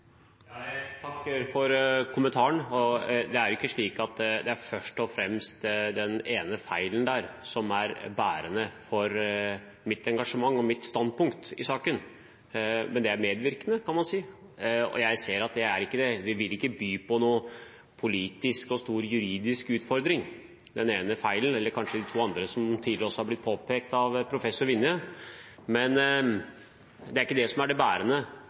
Jeg takker for kommentaren. Det er ikke slik at det først og fremst er den ene feilen der som er bærende for mitt engasjement og mitt standpunkt i saken, men man kan si at det er medvirkende. Jeg ser at det ikke vil by på noen politisk og stor juridisk utfordring med den ene feilen, eller kanskje også med de to andre som tidligere er blitt påpekt av professor Vinje. Men det er ikke det som er det bærende